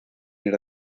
era